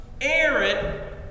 Aaron